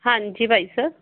ਹਾਂਜੀ ਬਾਈ ਸਾਹਿਬ